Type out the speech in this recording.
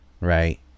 right